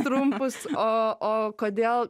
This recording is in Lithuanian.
trumpus o o kodėl